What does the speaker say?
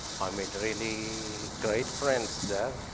i made really great friends there.